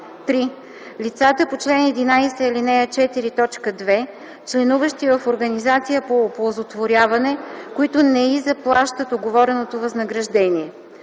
3. лицата по чл. 11, ал. 4, т. 2, членуващи в организация по оползотворяване, които не й заплащат уговореното възнаграждение;